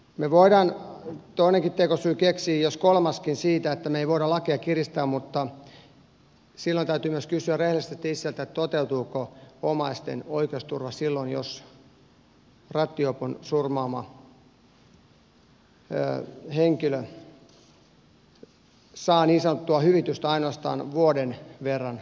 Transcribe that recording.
me voimme toisenkin tekosyyn keksiä jos kolmannenkin sille että me emme voi lakia kiristää mutta silloin täytyy myös kysyä rehellisesti itseltään toteutuuko omaisten oikeusturva silloin jos rattijuopon surmaama henkilö saa niin sanottua hyvitystä ainoastaan vuoden verran vankeutta